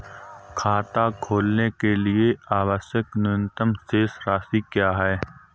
खाता खोलने के लिए आवश्यक न्यूनतम शेष राशि क्या है?